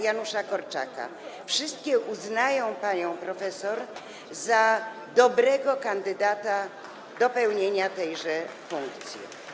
Janusza Korczaka - wszystkie uznają panią profesor za dobrego kandydata do pełnienia tejże funkcji.